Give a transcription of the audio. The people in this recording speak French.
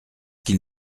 qu’il